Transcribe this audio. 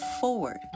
forward